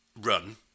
run